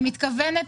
אני מתכוונת